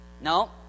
No